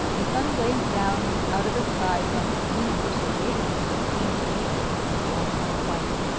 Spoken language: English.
the sun blazed down out of a sky whence a universal radiance seemed to beat upon the blinding white.